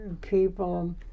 people